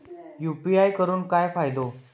UPI करून काय फायदो?